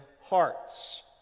hearts